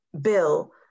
bill